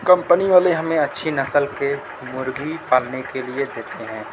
company والے ہمیں اچھی نسل کے مرغی پالنے کے لئے دیتے ہیں